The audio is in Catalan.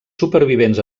supervivents